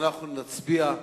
ואנחנו נצביע.